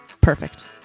Perfect